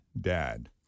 dad